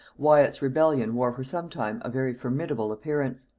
wyat's rebellion wore for some time a very formidable appearance.